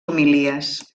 homilies